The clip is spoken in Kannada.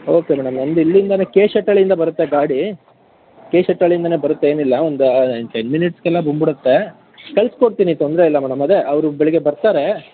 ಓಕೆ ಮೇಡಮ್ ನಮ್ದು ಇಲ್ಲಿಂದನೇ ಕೆ ಶೆಟ್ಟಿಹಳ್ಳಿ ಇಂದ ಬರುತ್ತೆ ಗಾಡಿ ಕೆ ಶೆಟ್ತಿಹಳ್ಳಿ ಇಂದನೇ ಬರುತ್ತೆ ಏನಿಲ್ಲ ಒಂದು ಟೆನ್ ಮಿನಿಟ್ಸಿಗೆಲ್ಲ ಬಂದು ಬಿಡತ್ತೆ ಕಳ್ಸಿ ಕೊಡ್ತೀನಿ ತೊಂದರೆಯಿಲ್ಲ ಮೇಡಮ್ ಅದೇ ಅವರು ಬೆಳಿಗ್ಗೆ ಬರ್ತಾರೆ